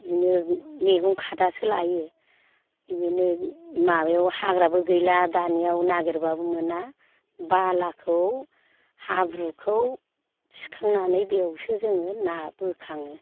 बिदिनो मैगं खादासो लायो बेदिनो माबायाव हाग्राबो गैला दानियाव नागेरब्लाबो मोना बालाखौ हाब्रुखौ थिखांनानै बेवसो जोङो ना बोखाङो